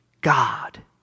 God